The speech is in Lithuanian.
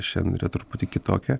šiandien yra truputį kitokia